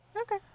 Okay